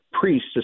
priests